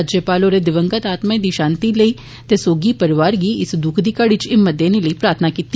राज्यपाल होरें दिव्यंत आत्माएं दी शांति लेई ते सौगी परौआर गी इस दुख दी घड़ी इच हिम्मत देने लेई प्रार्थना कीती